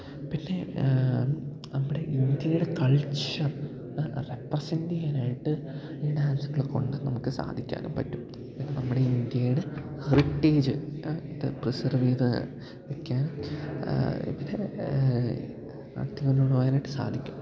പിന്നെ നമ്മുടെ ഇന്ത്യയുടെ കൾച്ചർ റെപ്രസെന്റ് ചെയ്യാനായിട്ട് ഈ ഡാൻസൊക്കെ കൊണ്ട് നമുക്ക് സാധിക്കാനും പറ്റും പിന്നെ നമ്മുടെ ഇന്ത്യയുടെ ഹെറിറ്റേജ് ഇത് പ്രിസർവ് ചെയ്ത് വെയ്ക്കാനും പിന്നെ നടത്തിക്കൊണ്ട് കൊണ്ട് പോവാനായിട്ട് സാധിക്കും